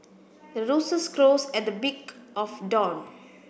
the roosters crows at the of dawn